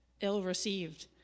ill-received